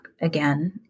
again